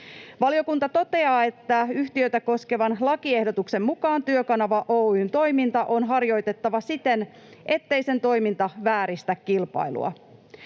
Valiokunta toteaa, että yhtiötä koskevan lakiehdotuksen mukaan Työkanava Oy:n toimintaa on harjoitettava siten, ettei sen toiminta vääristä kilpailua.